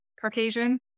Caucasian